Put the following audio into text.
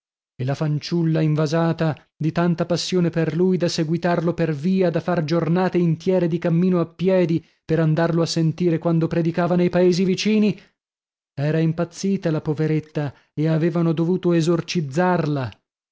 e la fanciulla invasata di tanta passione per lui da seguitarlo per via da far giornate intiere di cammino a piedi per andarlo a sentire quando predicava nei paesi vicini era impazzita la poveretta e avevano dovuto esorcizzarla